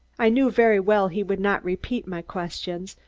i knew very well he would not repeat my questions,